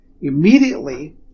Immediately